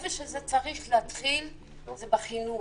זה צריך להתחיל בחינוך.